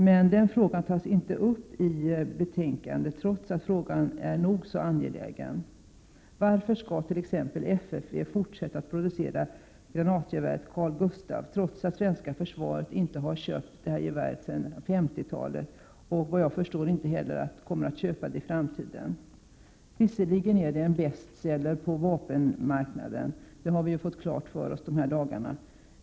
Men den frågan tas inte upp i betänkandet, trots att den är nog så angelägen. Varför skall t.ex. FFV fortsätta att producera granatgeväret Carl Gustaf, trots att det svenska försvaret inte har köpt det geväret sedan 50-talet och, såvitt jag förstår, inte heller avser att köpa det i framtiden? Visserligen är det en bestseller på vapenmarknaden — det har vi ju fått klart för oss i dessa dagar.